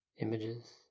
images